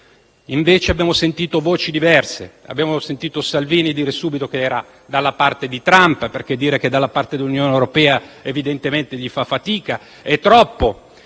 invece sentito voci diverse: da una parte, abbiamo sentito Salvini dire subito che era dalla parte di Trump - perché dire dalla parte dell'Unione europea evidentemente gli fa fatica; è troppo